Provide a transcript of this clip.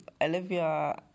Olivia